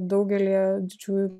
daugelyje didžiųjų